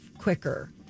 Quicker